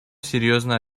серьезно